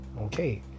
okay